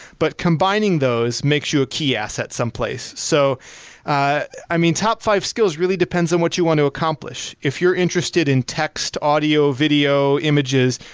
but combining those makes you key asset some place. so i mean top five skills really depends on what you want to accomplish. if you're interested in text, audio, video images,